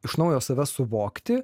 iš naujo save suvokti